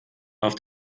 auf